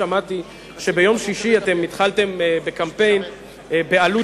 שמעתי שביום שישי התחלתם בקמפיין בעלות